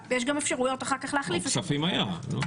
ויש גם אפשרויות אחר כך להחליף את --- אבל בכספים היה,